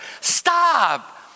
Stop